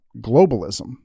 globalism